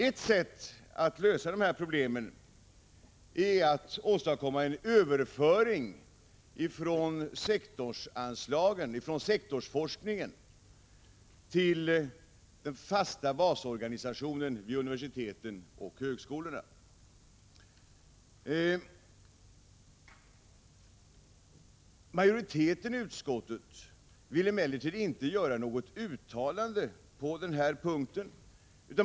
Ett sätt är att åstadkomma en överföring från sektorsforskningen till den fasta basorganisationen vid universiteten och högskolorna. Majoriteten i utskottet vill emellertid inte göra något uttalande på denna punkt.